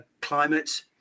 climate